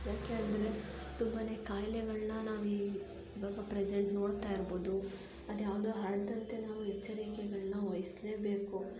ಯಾಕೆ ಅಂದರೆ ತುಂಬಾ ಕಾಯಿಲೆಗಳ್ನ ನಾವು ಇವಾಗ ಪ್ರೆಸೆಂಟ್ ನೋಡ್ತಾ ಇರ್ಬೋದು ಅದು ಯಾವುದೂ ಹರಡದಂತೆ ನಾವು ಎಚ್ಚರಿಕೆಗಳನ್ನ ವಹಿಸ್ಲೇಬೇಕು